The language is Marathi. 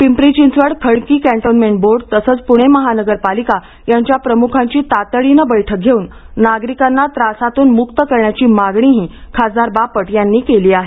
पिंपरी चिंचवड खडकी कॅन्टोन्मेंट बोर्ड तसंच पुणे महानगरपालिका यांच्या प्रमुखांची तातडीने बैठक घेऊन नागरिकांना त्रासातून मुक्त करण्याची मागणीही खासदार बापट यांनी केली आहे